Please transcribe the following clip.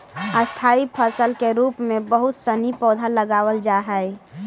स्थाई फसल के रूप में बहुत सनी पौधा लगावल जा हई